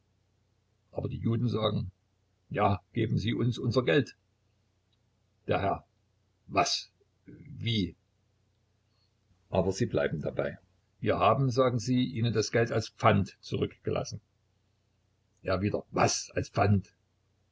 aber die juden sagen ja geben sie uns unser geld der herr was wie aber sie bleiben dabei wir haben sagen sie das geld ihnen als pfand zurückgelassen er wieder was als pfand